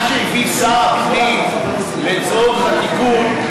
מה שהביא שר הפנים לצורך התיקון,